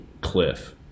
Cliff